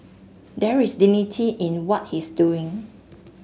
there is dignity in what he's doing